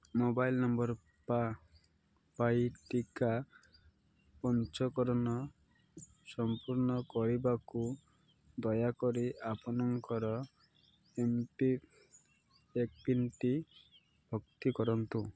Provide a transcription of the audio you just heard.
mobile number ପାଇ ଟିକା ପଞ୍ଜିକରଣ ସଂପୂର୍ଣ୍ଣ କରିବାକୁ ଦୟାକରି ଆପଣଙ୍କର ଏମ୍ ପିନ୍ ଭର୍ତ୍ତି କରନ୍ତୁ